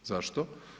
Zašto?